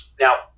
Now